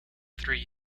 three